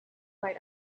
here